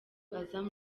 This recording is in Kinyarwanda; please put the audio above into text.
azam